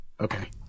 okay